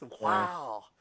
Wow